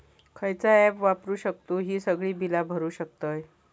खयचा ऍप वापरू शकतू ही सगळी बीला भरु शकतय?